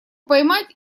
поймать